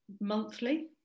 monthly